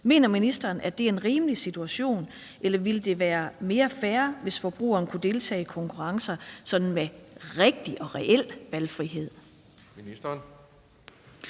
Mener ministeren, at det er en rimelig situation? Eller ville det være mere fair, hvis forbrugeren kunne deltage i konkurrencer med sådan rigtig og reel valgfrihed?